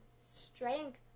strength